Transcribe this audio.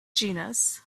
genus